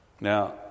Now